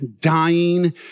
dying